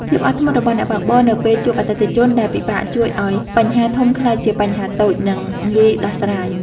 ភាពអត់ធ្មត់របស់អ្នកបើកបរនៅពេលជួបអតិថិជនដែលពិបាកជួយឱ្យបញ្ហាធំក្លាយជាបញ្ហាតូច និងងាយដោះស្រាយ។